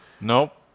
Nope